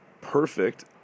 perfect